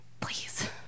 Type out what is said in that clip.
please